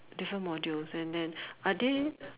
different modules and then are they